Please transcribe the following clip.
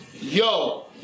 Yo